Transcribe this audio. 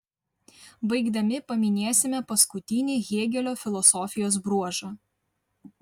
baigdami paminėsime paskutinį hėgelio filosofijos bruožą